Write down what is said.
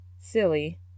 silly